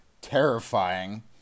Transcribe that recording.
terrifying